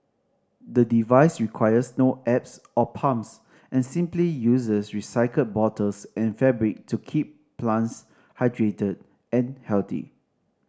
the device requires no apps or pumps and simply uses recycled bottles and fabric to keep plants hydrated and healthy